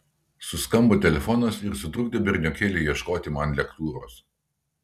suskambo telefonas ir sutrukdė berniokėliui ieškoti man lektūros